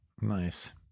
nice